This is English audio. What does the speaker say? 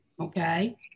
okay